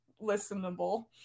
listenable